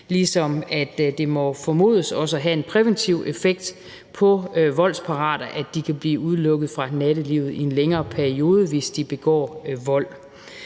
ligesom det må formodes også at have en præventiv effekt for voldsparate personer, at de kan blive udelukket fra nattelivet i en længere periode, hvis de begår vold.